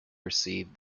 received